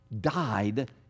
died